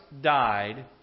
died